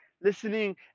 listening